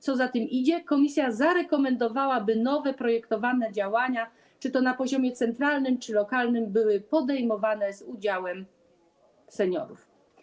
Co za tym idzie, komisja zarekomendowała, by nowe projektowane działania, czy to na poziomie centralnym, czy to lokalnym, były podejmowane z udziałem seniorów.